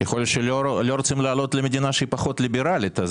אולי לא רוצים לעלות למדינה שהיא פחות ליברלית.